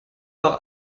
par